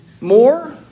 more